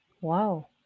Wow